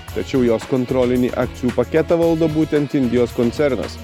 tačiau jos kontrolinį akcijų paketą valdo būtent indijos koncernas